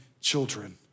children